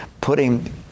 putting